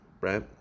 right